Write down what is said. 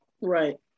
Right